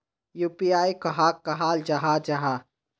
UPI कहाक कहाल जाहा जाहा?